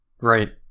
right